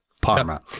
Parma